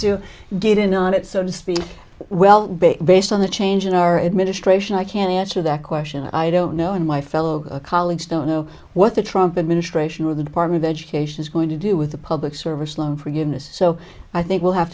to get in on it so to speak well based on the change in our administration i can answer that question i don't know in my fellow colleagues don't know what the trumpet ministration with the department of education is going to do with the public service loan forgiveness so i think we'll have